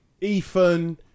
Ethan